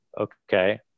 Okay